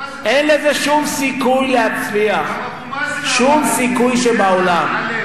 אין לזה שום סיכוי להצליח, שום סיכוי שבעולם.